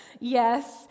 Yes